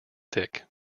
thick